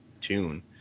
tune